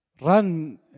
run